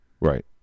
Right